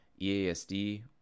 EASD